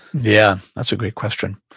yeah, that's a great question.